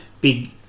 big